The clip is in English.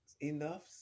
enough